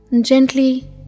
Gently